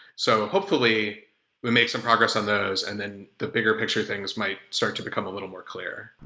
so hopefully we made some progress on those and then the bigger picture things might start to become a little more clear.